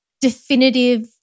definitive